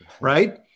right